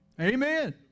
Amen